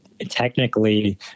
technically